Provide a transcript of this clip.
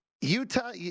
Utah